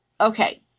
Okay